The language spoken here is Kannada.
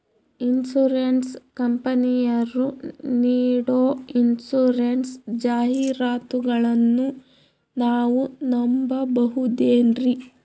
ಇನ್ಸೂರೆನ್ಸ್ ಕಂಪನಿಯರು ನೀಡೋ ಇನ್ಸೂರೆನ್ಸ್ ಜಾಹಿರಾತುಗಳನ್ನು ನಾವು ನಂಬಹುದೇನ್ರಿ?